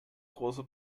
große